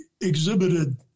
exhibited